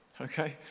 Okay